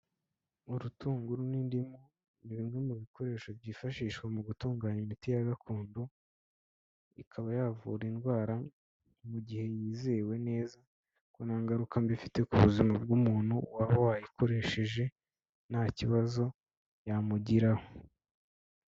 Urutunguru n'indimu ni bimwe mu bikoresho byifashishwa mu gutunganya imiti ya gakondo, ikaba yavura indwara mu gihe yizewe neza kuko nta ngaruka mbi ifite ku buzima bw'umuntu waba wayikoresheje nta kibazo yamugiraho.